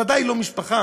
ודאי שלא משפחה,